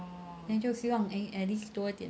then 就希望 at least 多一点